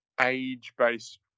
age-based